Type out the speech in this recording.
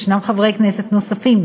ישנם חברי כנסת נוספים,